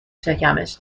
شکمش